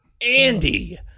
Andy